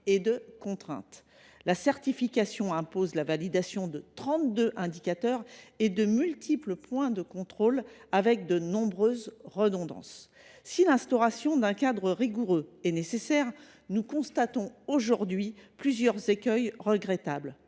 et de contraintes. La certification impose la validation de 32 indicateurs et de multiples points de contrôle, avec de nombreuses redondances. Si l’instauration d’un cadre rigoureux est nécessaire, nous constatons aujourd’hui plusieurs écueils regrettables,